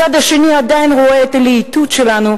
הצד השני עדיין רואה את הלהיטות שלנו,